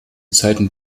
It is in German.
zeiten